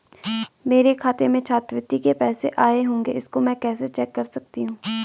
मेरे खाते में छात्रवृत्ति के पैसे आए होंगे इसको मैं कैसे चेक कर सकती हूँ?